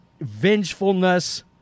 vengefulness